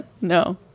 no